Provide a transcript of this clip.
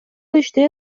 иште